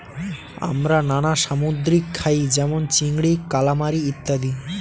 আমরা নানা সামুদ্রিক খাই যেমন চিংড়ি, কালামারী ইত্যাদি